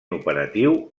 operatiu